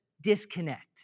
disconnect